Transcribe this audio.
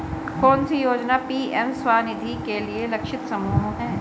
कौन सी योजना पी.एम स्वानिधि के लिए लक्षित समूह है?